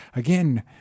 Again